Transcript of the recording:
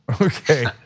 okay